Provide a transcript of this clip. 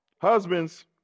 husbands